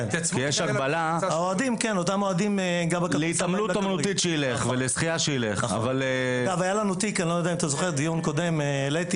שילך להתעמלות אומנותית ולשחייה בדיון קודם העליתי